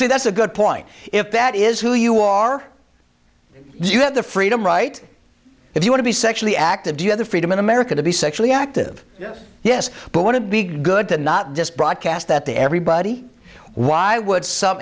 see that's a good point if that is who you are you have the freedom right if you want to be sexually active do you have the freedom in america to be sexually active yes but want to be good to not just broadcast that to everybody why would some